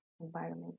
environment